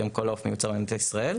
היום כל העוף מיוצר במדינת ישראל.